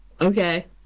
Okay